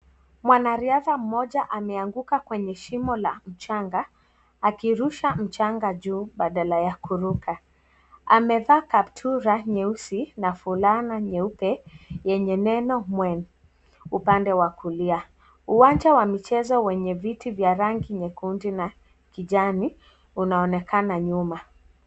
Mwanariadha mmoja ameanguka kwenye shimo la mchanga akirusha mchanga juu badala ya kuruka. Amevaa kaptura nyeusi na fulana nyeupe yenye neno Mwen upande wa kulia. Uwanja wa michezo wenye viti vya rangi nyekundu na kijani unaonekana nyuma.